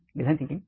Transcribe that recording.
design thinking